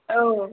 औ